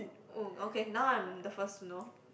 um okay now I'm the first to know